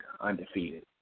undefeated